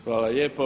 Hvala lijepo.